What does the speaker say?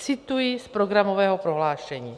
Cituji z programového prohlášení: